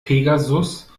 pegasus